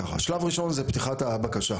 ככה, השלב הראשון הוא פתיחת הבקשה.